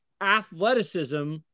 athleticism